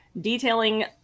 detailing